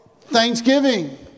Thanksgiving